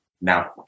now